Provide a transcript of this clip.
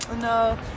no